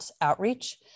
Outreach